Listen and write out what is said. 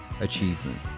achievement